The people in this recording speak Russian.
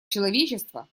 человечества